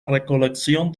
recolección